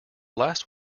last